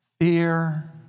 fear